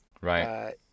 Right